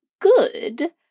good